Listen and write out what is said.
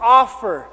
offer